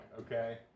Okay